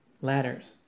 ladders